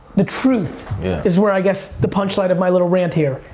the truth is where i guess, the punchline of my little rant here.